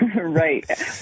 Right